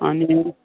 आनी